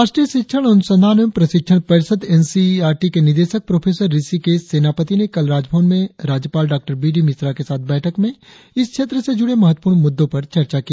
राष्ट्रीय शिक्षण अनुसंधान एवं प्रशिक्षण परिषद N C E R T के निदेशक प्रोफेसर ऋषिकेश सेनापति ने कल राजभवन में राज्यपाल डॉ बी डी मिश्रा के साथ बैठक में इस क्षेत्र से जुड़े महत्वपूर्ण मुद्दों पर चर्चा की